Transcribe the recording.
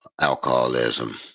alcoholism